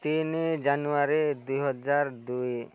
ତିନି ଜାନୁଆରୀ ଦୁଇହଜାର ଦୁଇ